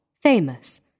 famous